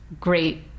great